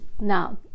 Now